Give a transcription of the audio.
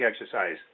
exercise